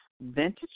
vintage